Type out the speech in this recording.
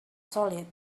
solid